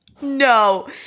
No